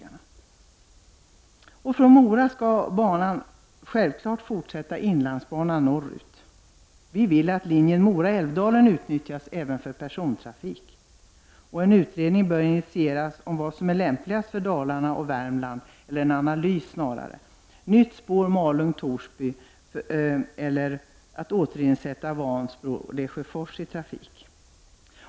Från Mora skall inlandsbanan självfallet fortsätta norrut. Vi vill att linjen Mora — Älvdalen utnyttjas även för persontrafik. En analys bör initieras om vad som är lämpligast för Dalarna och Värmland. Nytt spår Malung— Torsby behövs, eller så bör trafiken återinföras på sträckan Vansbro—Lesjöfors.